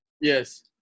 Yes